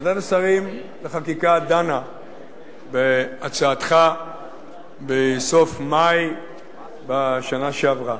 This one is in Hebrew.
ועדת השרים לחקיקה דנה בהצעתך בסוף מאי בשנה שעברה,